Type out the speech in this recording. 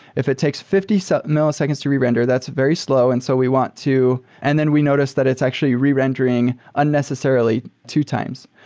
if it takes fifty so milliseconds to re-render, that's very slow, slow, and so we want to and then we noticed that it's actually re-rendering unnecessarily two times.